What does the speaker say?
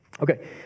Okay